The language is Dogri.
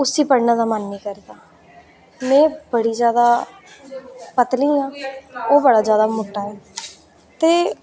उसी पढ़ने दा मन निं करदा में बड़ी जैदा पतली आं ओह् बड़ा जैदा मुट्टा ऐ ते